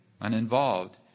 uninvolved